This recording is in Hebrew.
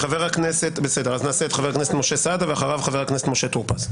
חבר הכנסת יוראי להב הרצנו,